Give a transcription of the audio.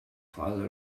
father